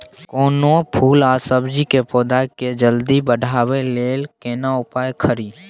कोनो फूल आ सब्जी के पौधा के जल्दी बढ़ाबै लेल केना उपाय खरी?